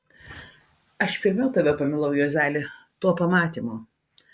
aš pirmiau tave pamilau juozeli tuo pamatymu